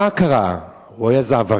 מה קרה, הוא היה איזה עבריין?